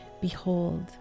behold